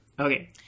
Okay